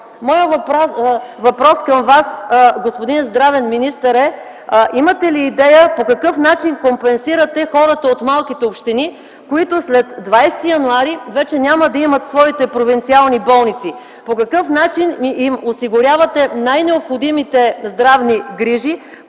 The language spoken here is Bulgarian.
Моят въпрос към Вас, господин здравен министър, е: Имате ли идея по какъв начин ще компенсирате хората от малките общини, които след 20 януари т.г. вече няма да имат своите провинциални болници? По какъв начин им осигурявате най-необходимите здравни грижи,